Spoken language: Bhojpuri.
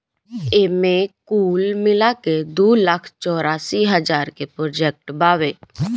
एईमे कुल मिलाके दू लाख चौरासी हज़ार के प्रोजेक्ट बावे